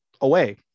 away